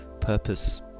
purpose